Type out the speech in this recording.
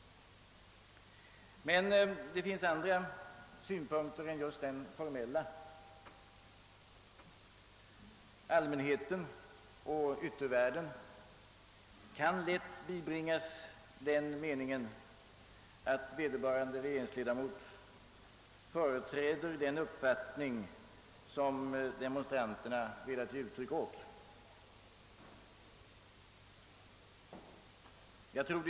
Men det finns också andra synpunkter än den rent formella. Allmänheten och yttervärlden kan lätt bibringas den uppfattningen att vederbörande regeringsledamot företräder den mening som demonstranterna vill ge uttryck för.